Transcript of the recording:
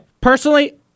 personally